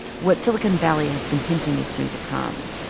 what silicon valley has been hinting is soon to come.